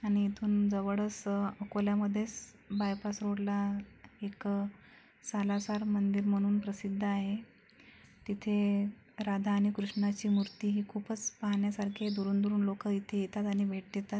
आणि इथून जवळच अकोल्यामध्येच बायपास रोडला एक सालासर मंदिर म्हणून प्रसिद्ध आहे तिथे राधा आणि कृष्णाची मूर्तीही खूपच पाहण्यासारखी आहे दुरून दुरून लोक इथे येतात आणि भेट देतात